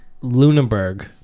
Lunenburg